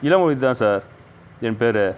இளமதி தான் சார் என் பேர்